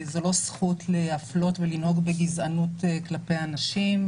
וזו לא זכות להפלות ולנהוג בגזענות כלפי אנשים,